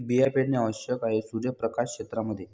बिया पेरणे आवश्यक आहे सूर्यप्रकाश क्षेत्रां मध्ये